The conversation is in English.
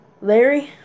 Larry